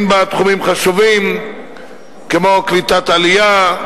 בה תחומים חשובים כמו קליטת עלייה,